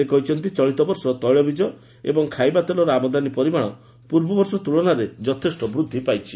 ସେ କହିଛନ୍ତି ଚଳିତ ବର୍ଷ ତେିଳବିକ ଏବଂ ଖାଇବା ତେଲର ଆମଦାନୀ ପରିମାଣ ପୂର୍ବବର୍ଷ ତ୍କଳନାରେ ଯଥେଷ୍ଟ ବୃଦ୍ଧି ପାଇଛି